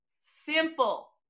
Simple